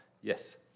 Yes